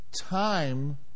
time